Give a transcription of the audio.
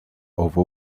over